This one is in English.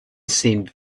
seemed